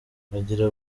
bagira